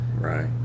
Right